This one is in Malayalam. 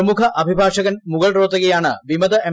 പ്രമുഖ അഭിഭാഷകൻ മുകൾ റോത്തഗിയാണ് വിമത എം